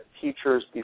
teachers